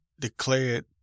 declared